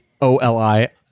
O-L-I